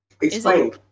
Explain